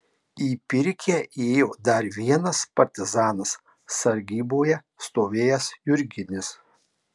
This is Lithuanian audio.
į pirkią įėjo dar vienas partizanas sargyboje stovėjęs jurginis